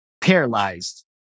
paralyzed